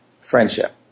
friendship